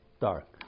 dark